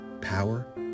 Power